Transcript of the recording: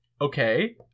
okay